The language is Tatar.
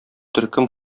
төркем